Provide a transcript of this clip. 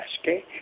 okay